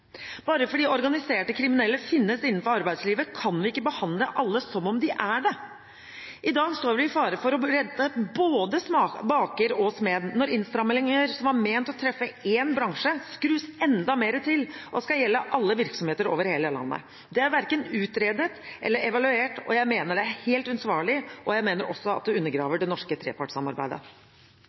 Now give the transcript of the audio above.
Bare fordi om organiserte kriminelle finnes innenfor arbeidslivet, kan vi ikke behandle alle som om de er kriminelle. I dag står vi i fare for å rette både baker og smed – når innstramminger som var ment å treffe en bransje, skrus enda mer til og skal gjelde alle virksomheter over hele landet. Dette er verken utredet eller evaluert, og jeg mener det er uansvarlig og undergraver det norske trepartssamarbeidet.